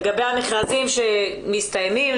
לגבי המכרזים שמסתיימים,